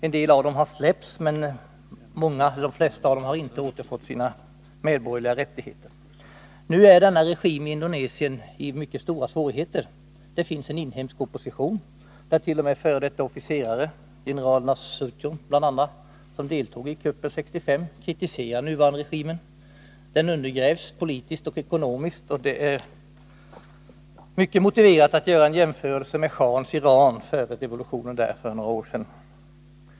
En del av de gripna har släppts, men de flesta av dem har inte återfått sina medborgerliga rättigheter. Nu är denna regim i Indonesien i mycket stora svårigheter. Det finns bl.a. en inhemsk opposition. T. o. m. före detta officerare som deltog i kuppen 1965 kritiserar den nuvarande regimen, som undergrävs politiskt och ekonomiskt. Det är mycket motiverat att göra en jämförelse med shahens Iran före revolutionen där för några år sedan.